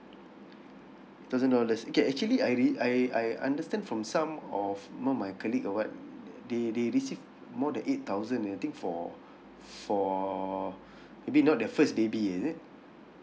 eight thousand dollars okay actually I re~ I I understand from some of you know my colleague or what they they receive more than eight thousand uh I think for for maybe not their first baby is it